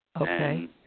Okay